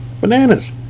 Bananas